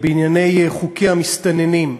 בענייני חוקי המסתננים.